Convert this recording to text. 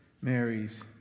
Mary's